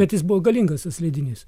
bet jis buvo galingas tas leidinys